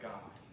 God